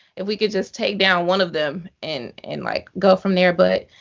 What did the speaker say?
if we could just take down one of them. and and like go from there. boots